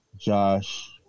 Josh